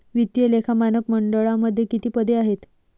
वित्तीय लेखा मानक मंडळामध्ये किती पदे आहेत?